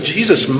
Jesus